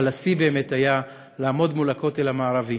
אבל השיא באמת היה לעמוד מול הכותל המערבי.